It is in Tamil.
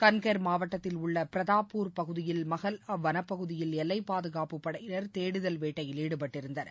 கன்கெர் மாவட்டத்தில் உள்ள பிரதாப்பூர் பகுதியில் மஹல்லா வனப் பகுதியில் எல்லைப் பாதுகாப்புப் படையினர் தேடுதல் வேட்டையில் ஈடுபட்டிருந்தனர்